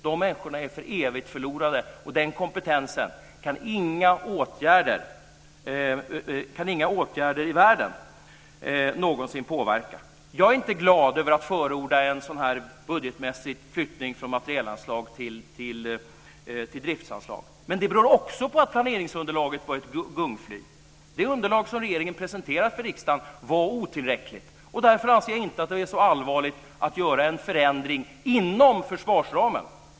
De människorna är för evigt förlorade, och den kompetensen kan inga åtgärder i världen någonsin påverka. Jag är inte glad över att förorda en sådan här budgetmässig flyttning från materielanslag till driftsanslag, men det beror också på att planeringsunderlaget var ett gungfly. Det underlag som regeringen presenterade för riksdagen var otillräckligt. Därför anser jag inte att det är så allvarligt att göra en förändring inom försvarsramen.